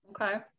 Okay